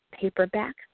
paperback